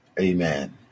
Amen